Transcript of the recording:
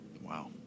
Wow